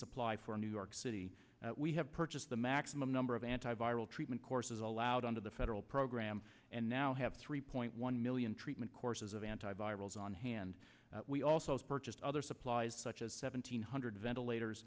supply for new york city we have purchased the maximum number of anti viral treatment courses allowed under the federal program and now have three point one million treatment courses of anti virals on hand we also as purchased other supplies such as seven thousand five hundred ventilator